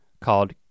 called